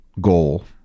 goal